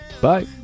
Bye